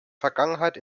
vergangenheit